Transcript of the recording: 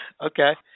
Okay